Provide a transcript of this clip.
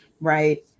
right